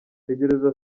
tegereza